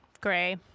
gray